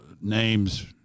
names